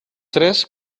tres